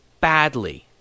badly